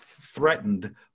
threatened